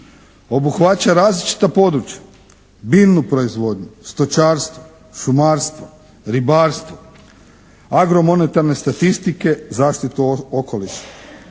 Obuhvaća različita područja, biljnu proizvodnju, stočarstvo, šumarstvo, ribarstvo, agro-monetarne statistike, zaštitu okoliša.